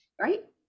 right